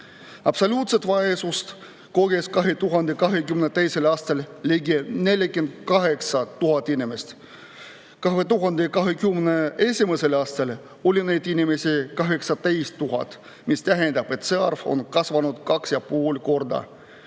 Absoluutset vaesust koges 2022. aastal ligi 48 000 inimest. 2021. aastal oli neid inimesi 18 000, mis tähendab, et see arv on kasvanud kaks ja pool korda.